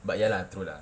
but ya lah true lah